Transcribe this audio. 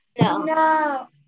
No